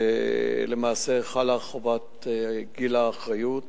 שלמעשה חלה חובת גיל האחריות.